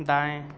दाएं